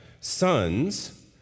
sons